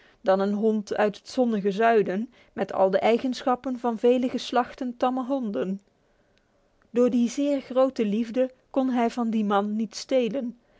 dan een hond uit het zonnige zuiden met al de eigenschappen van vele geslachten tamme honden door die zeer grote liefde kon hij van dien man niet stelen